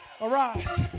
arise